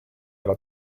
alla